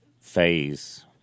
phase